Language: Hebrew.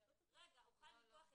חל מכוח הסכם,